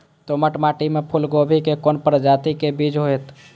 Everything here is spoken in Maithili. दोमट मिट्टी में फूल गोभी के कोन प्रजाति के बीज होयत?